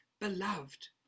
beloved